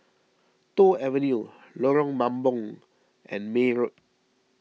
Toh Avenue Lorong Mambong and May Road